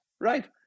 right